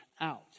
out